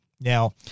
Now